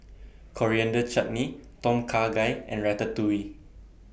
Coriander Chutney Tom Kha Gai and Ratatouille